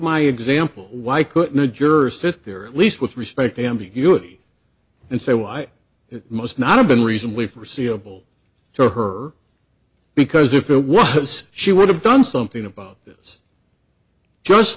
my example why couldn't a juror sit there at least with respect ambiguity and say why it must not have been reasonably forseeable to her because if it was she would have done something about this just